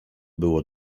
było